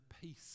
peace